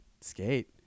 skate